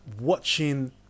watching